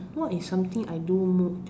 what is something I do more to